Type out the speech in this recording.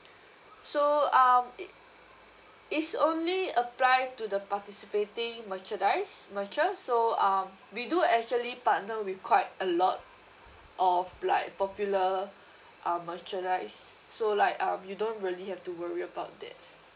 so uh it's only apply to the participating merchandise merchant so uh we do actually partner with quite a lot of like popular uh merchandise so like um you don't really have to worry about that